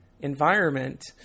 environment